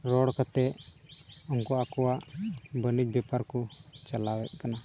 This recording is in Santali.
ᱨᱚᱲ ᱠᱟᱛᱮᱫ ᱩᱱᱠᱩ ᱟᱠᱚᱣᱟᱜ ᱵᱟᱹᱱᱤᱡᱽ ᱵᱮᱯᱟᱨ ᱠᱚ ᱪᱟᱞᱟᱣᱮᱫ ᱠᱟᱱᱟ